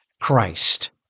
Christ